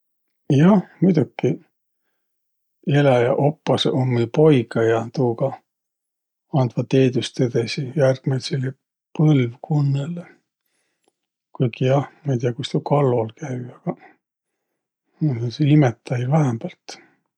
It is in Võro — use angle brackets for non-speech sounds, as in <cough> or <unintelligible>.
Jah, muidoki, eläjäq oppasõq ummi poigõ ja tuuga andvaq teedüst edesi järgmäidsile põlvkunnõlõ. Kuiki jah, ma'i tiiäq, kuis tuu kallol käü, aga <unintelligible> imetäjil vähämbält.